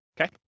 okay